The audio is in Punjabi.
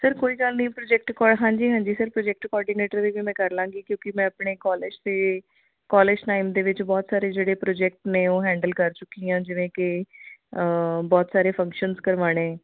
ਸਰ ਕੋਈ ਗੱਲ ਨਹੀਂ ਪ੍ਰੋਜੈਕਟ ਕੋਆ ਹਾਂਜੀ ਹਾਂਜੀ ਸਰ ਪ੍ਰੋਜੈਕਟ ਕੋਆਰਡੀਨੇਟਰ ਦੀ ਵੀ ਕਰ ਲਾਂਗੀ ਕਿਉਂਕਿ ਮੈਂ ਆਪਣੇ ਕੋਲਜ ਦੇ ਕੋਲਜ ਟਾਈਮ ਦੇ ਵਿੱਚ ਬਹੁਤ ਬਹੁਤ ਸਾਰੇ ਜਿਹੜੇ ਪ੍ਰੋਜੈਕਟ ਨੇ ਉਹ ਹੈਂਡਲ ਕਰ ਚੁੱਕੀ ਹਾਂ ਜਿਵੇਂ ਕਿ ਬਹੁਤ ਸਾਰੇ ਫੰਕਸ਼ਨਸ ਕਰਵਾਉਣੇ